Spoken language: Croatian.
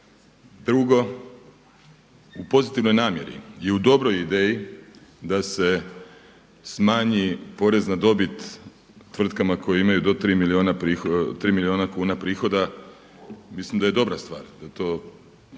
Drugo, u pozitivnoj namjeri i u dobroj ideji da se smanji porez na dobit tvrtkama koje imaju do 3 milijuna kuna prihoda mislim da je dobra stvar, da to nije